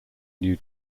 new